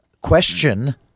question